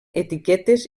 etiquetes